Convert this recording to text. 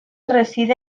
reside